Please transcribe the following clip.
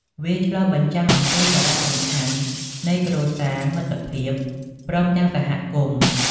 វាឆ្លុះបញ្ចាំងអំពីសារៈសំខាន់នៃគ្រួសារ មិត្តភាព ព្រមទាំងសហគមន៍។